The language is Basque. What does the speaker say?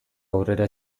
aurrera